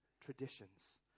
traditions